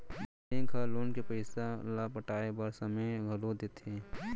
bank ह loan के पइसा ल पटाए बर समे घलो देथे